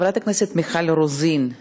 חברת הכנסת מיכל רוזין,